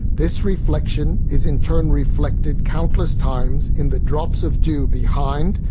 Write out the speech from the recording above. this reflection is in turn reflected countless times in the drops of dew behind,